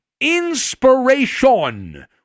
inspiration